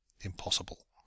Impossible